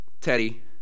Teddy